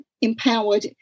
empowered